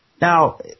Now